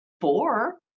four